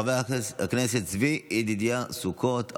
חבר הכנסת צבי ידידיה סוכות,